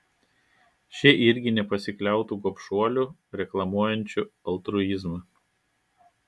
šie irgi nepasikliautų gobšuoliu reklamuojančiu altruizmą